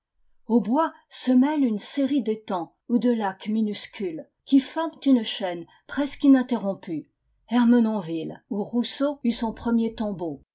aux bois se mêle une série d'étangs ou de lacs minuscules qui forment une chaîne presque ininterrompue ermenonville où rousseau eut son premier tombeau